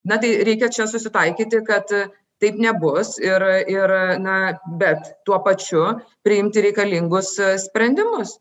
na tai reikia susitaikyti kad taip nebus ir ir na bet tuo pačiu priimti reikalingus sprendimus